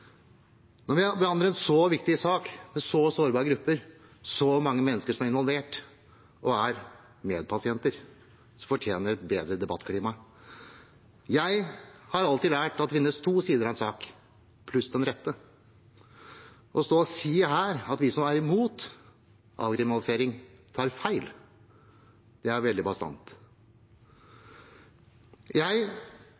Når vi behandler en så viktig sak, med så sårbare grupper, så mange mennesker som er involvert og er medpasienter, fortjener det et bedre debattklima. Jeg har alltid lært at det finnes to sider av en sak – pluss den rette. Å stå her og si at vi som er imot avkriminalisering, tar feil, er å være veldig